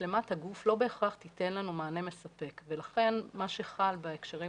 מצלמת הגוף לא בהכרח תיתן לנו מענה מספק ולכן מה שחל בהקשרים